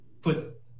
put